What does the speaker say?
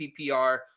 PPR